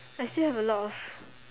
I still have a lot of